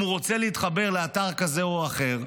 ואם הוא רוצה להתחבר לאתר כזה או אחר,